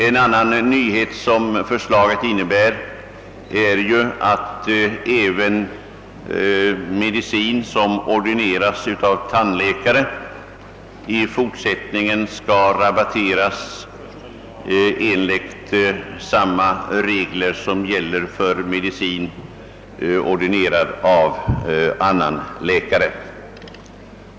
En annan nyhet i förslaget innebär att medicin, som ordinerats av tandläkare, i fortsättningen skall rabatteras enligt samma regler som gäller för medicin ordinerad av annan läkare.